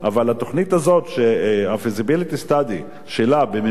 אבל התוכנית הזו, ה-feasibility study שלה במימון